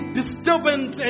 disturbance